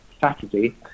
Saturday